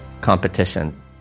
competition